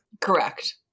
Correct